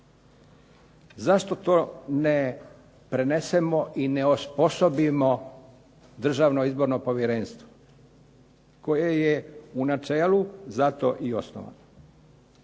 Zašto to ne prenesemo i ne osposobimo Državno izborno povjerenstvo koje je u načelu za to i osnovano?